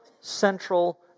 central